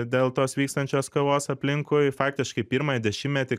dėl tos vykstančios kavos aplinkui faktiškai pirmąjį dešimtmetį